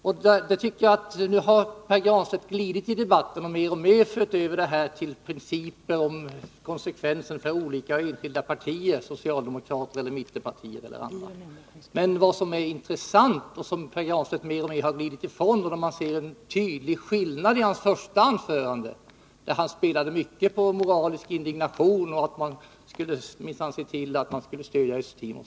Jag tycker dock att Pär Granstedt i debatten mer och mer har glidit över till att tala om principer och konsekvenser för olika enskilda partier — socialdemokrater, mittenpartier eller andra. Men vad som är intressant är att man nu kan se en tydlig skillnad i förhållande till Pär Granstedts första anförande, där han spelade mycket på moralisk indignation och bl.a. minsann skulle se till att Östtimor skulle stödjas.